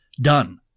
done